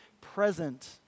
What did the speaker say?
present